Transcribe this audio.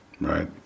right